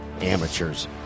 Amateurs